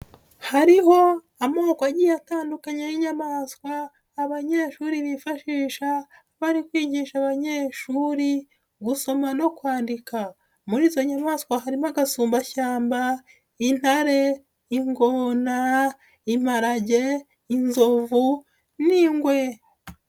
Hariho amoko agiye atandukanye y'inyamaswa abanyeshuri bifashisha bari kwigisha abanyeshuri gusoma no kwandika, muri izo nyamaswa harimo agasumbashyamba, intare, ingona, imparage, inzovu n'ingwe.